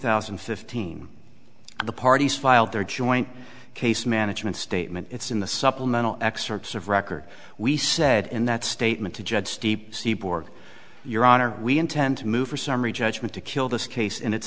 thousand and fifteen the parties filed their joint case management statement it's in the supplemental excerpts of record we said in that statement to judge steep c borg your honor we intend to move for summary judgment to kill this case in its